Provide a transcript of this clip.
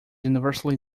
universally